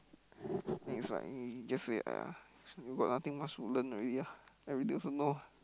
then is like he just say !aiya! you got nothing much to learn already ah everything also know